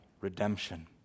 redemption